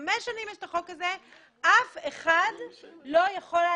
חמש שנים יש את החוק הזה אבל אף אחד לא יכול היה